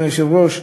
אדוני היושב-ראש,